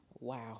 Wow